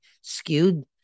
skewed